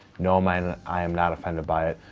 no, um i and i am not offended by it,